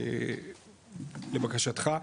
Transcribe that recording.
לבקשתך.